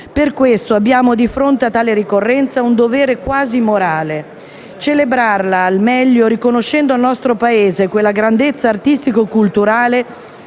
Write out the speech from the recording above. Per questo abbiamo, di fronte a tale ricorrenza, un dovere quasi morale: celebrarla al meglio, riconoscendo al nostro Paese quella grandezza artistico culturale